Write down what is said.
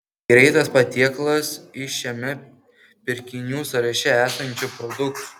greitas patiekalas iš šiame pirkinių sąraše esančių produktų